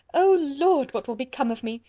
oh, lord! what will become of me.